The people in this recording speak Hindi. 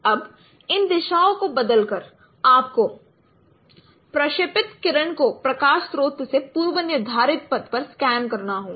अब इन दिशाओं को बदल कर आपको प्रक्षेपित किरण को प्रकाश स्रोत से पूर्व निर्धारित पथ पर स्कैन करना होगा